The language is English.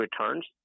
returns